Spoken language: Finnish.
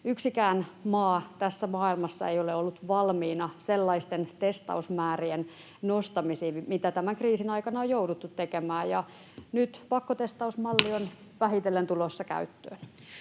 yksikään maa tässä maailmassa ei ole ollut valmiina sellaisten testausmäärien nostamisiin, mitä tämän kriisin aikana on jouduttu tekemään, ja nyt pakkotestausmalli on vähitellen tulossa käyttöön.